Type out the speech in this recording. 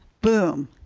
boom